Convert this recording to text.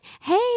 Hey